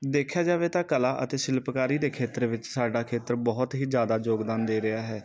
ਦੇਖਿਆ ਜਾਵੇ ਤਾਂ ਕਲਾ ਅਤੇ ਸ਼ਿਲਪਕਾਰੀ ਦੇ ਖੇਤਰ ਵਿੱਚ ਸਾਡਾ ਖੇਤਰ ਬਹੁਤ ਹੀ ਜ਼ਿਆਦਾ ਯੋਗਦਾਨ ਦੇ ਰਿਹਾ ਹੈ